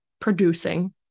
producing